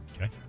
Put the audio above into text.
Okay